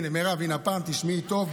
הינה, מירב, הפעם תשמעי טוב.